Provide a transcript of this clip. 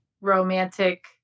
romantic